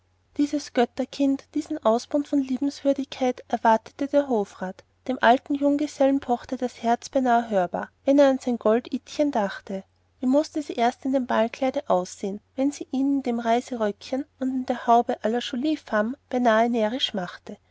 dieses götterkind diesen ausbund von liebenswürdigkeit erwartete der hofrat dem guten alten junggesellen pochte das herz beinahe hörbar wenn er an sein gold idchen dachte wie mußte sie erst im ballkleide aussehen wenn sie ihn in dem reiseüberröckchen und in der haube la jolie femme beinahe närrisch machte